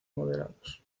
moderados